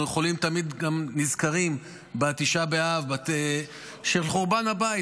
אנחנו תמיד גם נזכרים בתשעה באב בחורבן הבית,